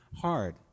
hard